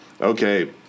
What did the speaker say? Okay